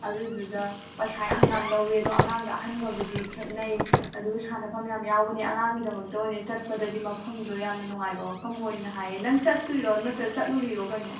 ꯑꯗꯨꯗꯨꯗ ꯄꯩꯁꯥ ꯌꯥꯝ ꯌꯥꯝ ꯂꯧꯋꯤ ꯑꯗꯣ ꯑꯉꯥꯡꯒ ꯑꯍꯟꯒꯕꯨꯗꯤ ꯈꯦꯠꯅꯩ ꯑꯗꯨꯒ ꯁꯥꯟꯅꯐꯝ ꯌꯥꯝ ꯌꯥꯎꯕꯅꯤ ꯑꯉꯥꯡꯒꯤꯗꯃꯛꯇ ꯑꯣꯏꯅ ꯆꯠꯄꯗꯗꯤ ꯃꯐꯝꯗꯣ ꯌꯥꯝꯅ ꯅꯨꯡꯉꯥꯏꯕ ꯃꯐꯝ ꯑꯣꯏꯅ ꯍꯥꯏꯌꯦ ꯅꯪ ꯆꯠꯇꯣꯏꯔꯣ ꯅꯠꯇ꯭ꯔꯒ ꯆꯠꯂꯨꯔꯤꯔꯣ ꯀꯩꯅꯣ